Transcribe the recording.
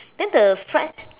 then the fried